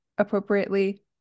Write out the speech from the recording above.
Appropriately